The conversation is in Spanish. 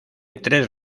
tres